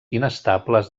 inestables